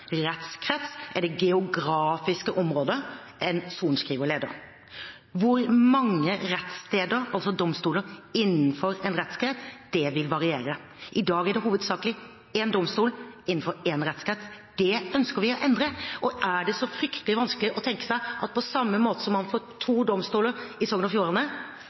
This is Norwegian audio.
Rettskrets er det geografiske området en sorenskriver leder. Hvor mange rettssteder – altså domstoler – det er innenfor en rettskrets, vil variere. I dag er det hovedsakelig én domstol innenfor én rettskrets. Det ønsker vi å endre. Er det så fryktelig vanskelig å tenke seg at på samme måte som man får to domstoler i Sogn og Fjordane,